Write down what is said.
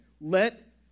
Let